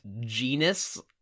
genus